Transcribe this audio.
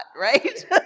right